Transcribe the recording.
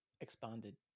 expanded